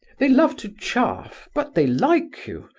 they love to chaff, but they like you.